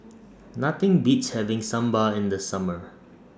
Nothing Beats having Sambar in The Summer